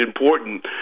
important